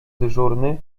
dyżurny